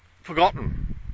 forgotten